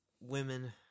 women